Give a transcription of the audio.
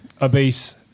obese